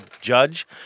judge